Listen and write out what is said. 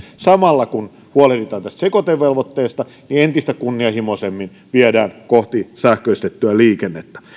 samalla kun huolehditaan tästä sekoitevelvoitteesta entistä kunnianhimoisemmin edetään kohti sähköistettyä liikennettä